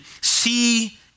see